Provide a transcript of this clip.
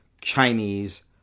Chinese